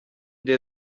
der